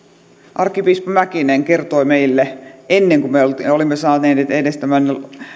arkkipiispa mäkinen kertoi meille ennen kuin me olimme saaneet edes tämän